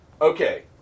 Okay